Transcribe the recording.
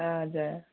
हजुर